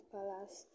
Palace